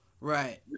right